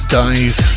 dive